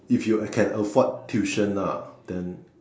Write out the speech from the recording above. if you can afford tuition lah then